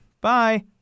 Bye